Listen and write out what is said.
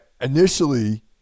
initially